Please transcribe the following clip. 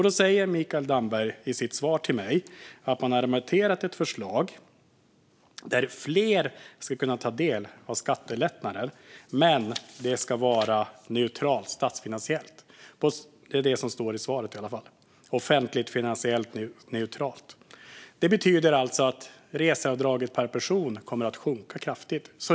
Då säger Mikael Damberg i sitt svar till mig att man har remitterat ett förslag enligt vilket fler ska kunna ta del av skattelättnader. Men det ska vara neutralt statsfinansiellt. Det är det som står i svaret i alla fall. Det ska vara offentligfinansiellt neutralt. Det betyder alltså att reseavdraget per person kommer att sjunka kraftigt.